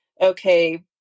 Okay